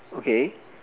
okay